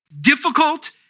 difficult